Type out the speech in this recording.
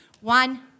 One